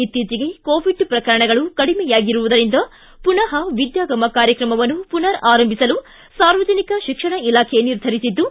ಇತ್ತೀಚಿಗೆ ಕೋವಿಡ್ ಪ್ರಕರಣಗಳು ಕಡಿಮೆಯಾಗಿರುವುದರಿಂದ ಪುನಃ ವಿದ್ಯಾಗಮ ಕಾರ್ಯಕ್ರಮವನ್ನು ಪುನರ ಆರಂಭಿಸಲು ಸಾರ್ವಜನಿಕ ಶಿಕ್ಷಣ ಇಲಾಖೆ ನಿರ್ಧರಿಸಿದ್ದು